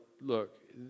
look